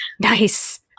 Nice